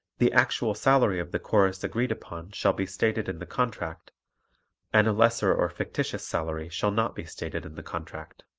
the actual salary of the chorus agreed upon shall be stated in the contract and a lesser or fictitious salary shall not be stated in the contract.